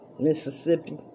Mississippi